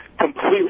completely